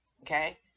okay